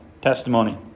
testimony